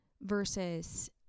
versus